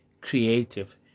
creative